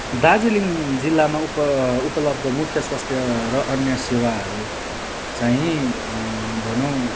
दार्जिलिङ जिल्लामा उप उपलब्ध मुख्य स्वास्थ र अन्य सेवाहरू चाहिँ भनौँ